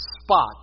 spot